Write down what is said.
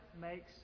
makes